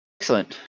Excellent